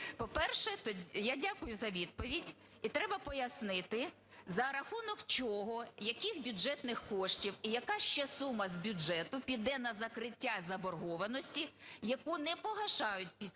По-перше, я дякую за відповідь. І треба пояснити, за рахунок чого, яких бюджетних коштів і яка ще сума з бюджету піде на закриття заборгованості, яку не погашають перед